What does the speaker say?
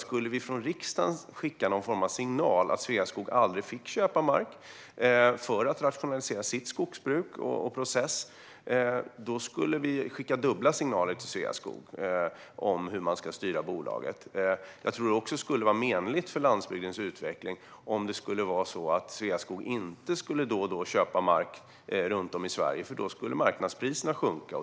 Skulle vi från riksdagen skicka någon form av signal om att Sveaskog aldrig fick köpa mark för att rationalisera sitt skogsbruk och sin process skulle vi skicka dubbla signaler om hur man ska styra bolagen. Jag tror också att det skulle vara menligt för landsbygdens utveckling om Sveaskog inte då och då skulle köpa mark runt om i Sverige, för då skulle marknadspriserna sjunka.